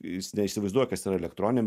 jis įsivaizduoja kas yra elektroninė